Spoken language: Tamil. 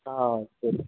ஆ சரி